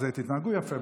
אז תתנהגו יפה,